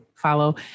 follow